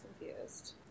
confused